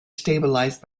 stabilised